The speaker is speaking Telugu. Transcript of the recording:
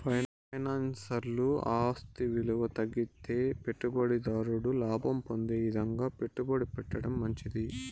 ఫైనాన్స్ల ఆస్తి ఇలువ తగ్గితే పెట్టుబడి దారుడు లాభం పొందే ఇదంగా పెట్టుబడి పెట్టడం మంచిది